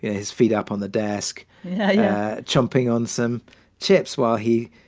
his feet up on the desk. yeah yeah. chomping on some chips while he,